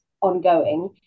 ongoing